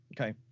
okay